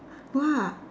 !wow!